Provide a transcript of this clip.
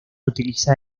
utiliza